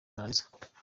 mananiza